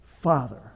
father